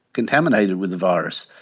contaminated with the virus.